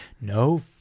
no